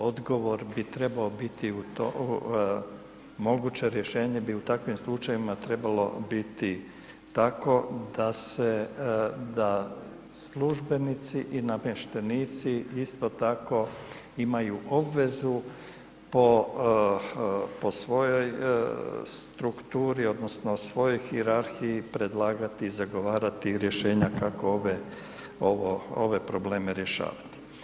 Odgovor bi trebao biti, moguće rješenje bi u takvim slučajevima trebalo biti tako da se, da službenici i namještenici isto tako imaju obvezu po svojom strukturi odnosno svojoj hijerarhiji predlagati i zagovarati rješenja kako ove, ove probleme rješavati.